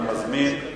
אני מזמין את